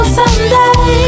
someday